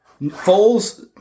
Foles